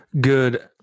Good